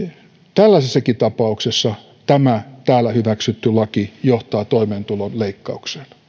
tällaisessakin tapauksessa tämä täällä hyväksytty laki johtaa toimeentulon leikkaukseen